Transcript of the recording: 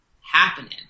happening